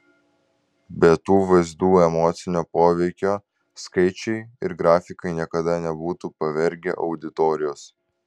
be tų vaizdų emocinio poveikio skaičiai ir grafikai niekada nebūtų pavergę auditorijos